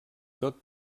tot